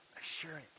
assurance